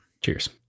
Cheers